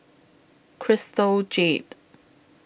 Crystal Jade